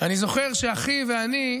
אני זוכר שאחי ואני,